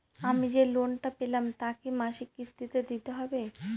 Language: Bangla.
আমি যে লোন টা পেলাম তা কি মাসিক কিস্তি তে দিতে হবে?